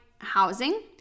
housing